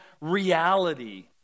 reality